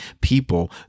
people